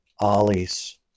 ollies